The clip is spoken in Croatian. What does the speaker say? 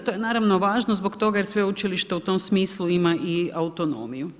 To je naravno važno, zbog toga jer sveučilišta u tom smislu ima i autonomiju.